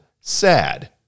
sad